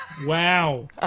Wow